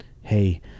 hey